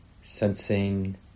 sensing